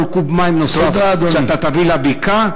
כל קוב מים נוסף שאתה תביא לבקעה,